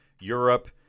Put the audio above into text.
Europe